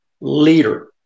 leader